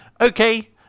okay